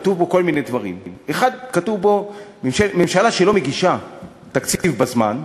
כתובים בו כל מיני דברים: 1. ממשלה שלא מגישה תקציב בזמן,